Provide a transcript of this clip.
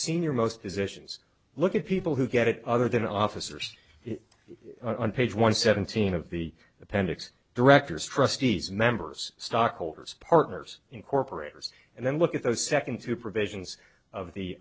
senior most positions look at people who get it other than officers on page one seventeen of the appendix directors trustees members stockholders partners in corporators and then look at those second two provisions of the